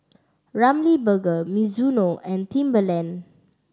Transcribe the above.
Ramly Burger Mizuno and Timberland